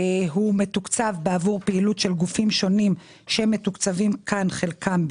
הוא מתוקצב בעבור פעילות של גופים שונים שמתוקצבים כאן חלקם,